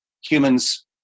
humans